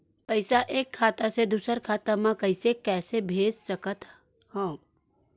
पईसा एक खाता से दुसर खाता मा कइसे कैसे भेज सकथव?